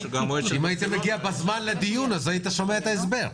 אם היית מגיע בזמן לדיון היית שומע את ההסבר.